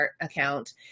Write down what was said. account